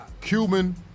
Cuban